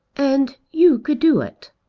and you could do it?